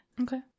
Okay